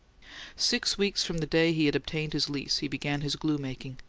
six weeks from the day he had obtained his lease he began his glue-making.